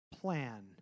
Plan